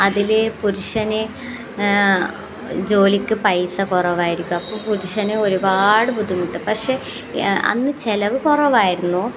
അതിലെ പുരുഷന് ജോലിക്ക് പൈസ കുറവായിരിക്കും അപ്പം പുരുഷന് ഒരുപാട് ബുദ്ധിമുട്ട് പക്ഷേ അന്ന് ചിലവ് കുറവായിരുന്നു